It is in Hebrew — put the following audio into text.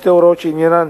שתי הוראות שעניינן